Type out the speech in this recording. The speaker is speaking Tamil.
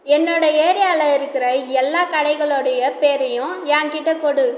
என்னோட ஏரியாவில இருக்கிற எல்லா கடைகளோட பேரையும் என்கிட்ட கொடு